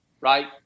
right